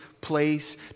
place